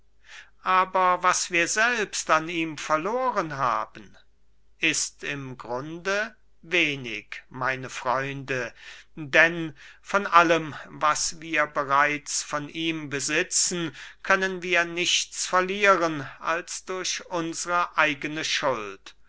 aber was wir selbst an ihm verloren haben ist im grunde wenig meine freunde denn von allem was wir bereits von ihm besitzen können wir nichts verlieren als durch unsre eigene schuld